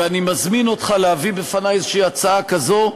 ואני מזמין אותך להביא בפני איזו הצעה כזו,